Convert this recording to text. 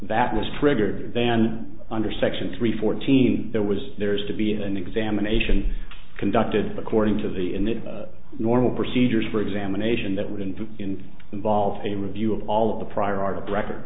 that was triggered then under section three fourteen there was there has to be an examination conducted according to the in the normal procedures for examination that wouldn't do in involve a review of all of the prior art of record